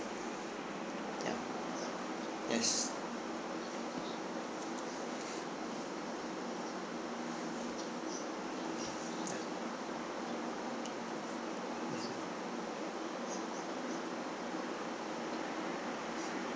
ya yes